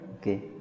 Okay